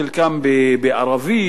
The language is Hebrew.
חלקן בערבית,